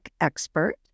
expert